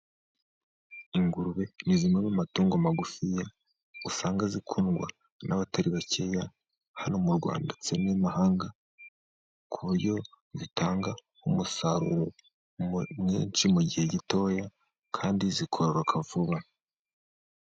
Ingurube ni zimwe mu matungo magufi ,usanga zikundwa n'abatari bake hano mu Rwanda ndetse n'amahanga ku buryo zitanga umusaruro mwinshi mu gihe gitoya kandi zikororoka vuba.